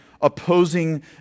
opposing